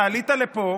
אתה עלית לפה,